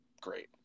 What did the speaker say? great